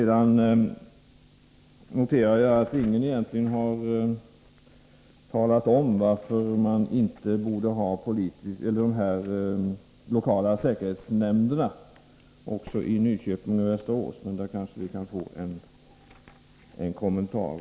Jag noterar vidare att ingen egentligen har talat om varför vi inte bör ha dessa lokala säkerhetsnämnder också i Nyköping och Västerås. Men på den punkten kan vi kanske få en kommentar.